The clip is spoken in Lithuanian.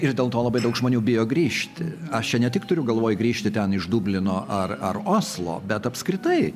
ir dėl to labai daug žmonių bijo grįžti aš čia ne tik turiu galvoj grįžti ten iš dublino ar ar oslo bet apskritai